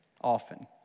often